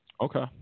Okay